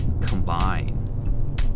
combine